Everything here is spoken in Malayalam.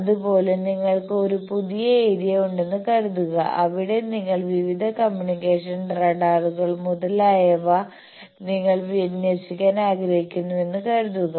അതുപോലെ നിങ്ങൾക്ക് ഒരു പുതിയ ഏരിയ ഉണ്ടെന്ന് കരുതുക അവിടെ നിങ്ങളുടെ വിവിധ കമ്മ്യൂണിക്കേഷൻ റഡാറുകൾ മുതലായവ നിങ്ങൾ വിന്യസിക്കാൻ ആഗ്രഹിക്കുന്നുവെന്ന് കരുതുക